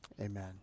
Amen